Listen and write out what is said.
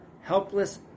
helpless